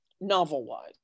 novel-wise